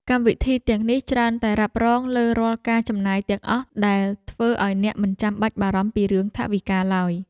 កម្មវិធីទាំងនេះច្រើនតែរ៉ាប់រងលើរាល់ការចំណាយទាំងអស់ដែលធ្វើឱ្យអ្នកមិនចាំបាច់បារម្ភពីរឿងថវិកាឡើយ។